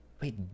wait